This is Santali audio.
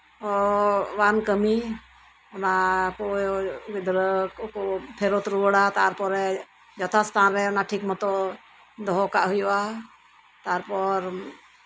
ᱫᱟᱭᱤᱛᱛᱚᱣᱟᱱ ᱠᱟᱹᱢᱤ ᱚᱱᱟ ᱠᱚ ᱜᱤᱫᱽᱨᱟᱹ ᱠᱚᱠᱚ ᱯᱷᱮᱨᱚᱛ ᱨᱩᱣᱟᱹᱲᱟ ᱛᱟᱨᱯᱚᱨᱮ ᱡᱚᱛᱷᱟᱛ ᱮᱥᱛᱷᱟᱱᱨᱮ ᱴᱷᱤᱠ ᱢᱚᱛᱳ ᱫᱚᱦᱚ ᱠᱟᱜ ᱦᱩᱭᱩᱜᱼᱟ ᱛᱟᱨᱯᱚᱨ